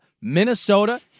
Minnesota